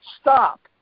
stop